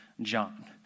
John